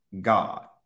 God